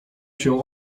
się